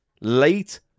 late